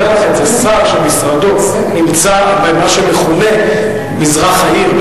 אומר לך את זה שר שמשרדו נמצא במה שמכונה "מזרח העיר",